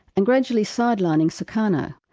and gradually sidelining sukarno.